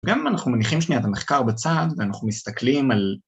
גם אם אנחנו מניחים שנייה את המחקר בצד, ואנחנו מסתכלים על...